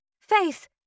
Faith